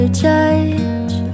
judge